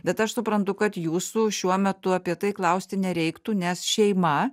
bet aš suprantu kad jūsų šiuo metu apie tai klausti nereiktų nes šeima